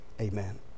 amen